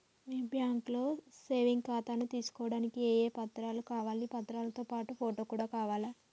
మీ బ్యాంకులో సేవింగ్ ఖాతాను తీసుకోవడానికి ఏ ఏ పత్రాలు కావాలి పత్రాలతో పాటు ఫోటో కూడా కావాలా?